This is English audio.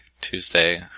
tuesday